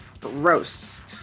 Gross